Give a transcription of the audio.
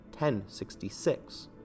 1066